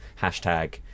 Hashtag